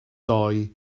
doe